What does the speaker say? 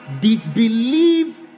disbelieve